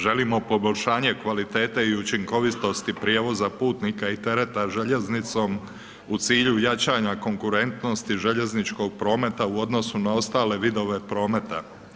Želimo poboljšanje kvalitete i učinkovitosti prijevoza putnika i tereta željeznicom u cilju jačanja konkurentnosti željezničkog prometa u odnosu na ostale vidove prometa.